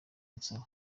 ansaba